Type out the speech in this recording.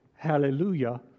Hallelujah